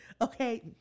Okay